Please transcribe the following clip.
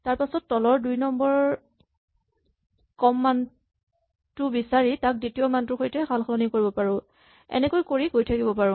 তাৰপাছত তলৰ পৰা দুই নম্বৰ কম মানটো বিচাৰি তাক দ্বিতীয় মানটোৰ সৈতে সালসলনি কৰিব পাৰো এনেকৈয়ে কৰি গৈ থাকিব পাৰো